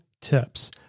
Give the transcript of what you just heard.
tips